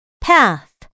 Path